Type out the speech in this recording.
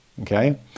Okay